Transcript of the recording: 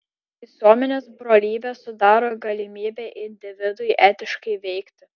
visuomenės brolybė sudaro galimybę individui etiškai veikti